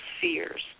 fears